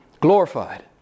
Glorified